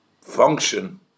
function